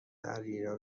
درگیریها